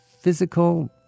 physical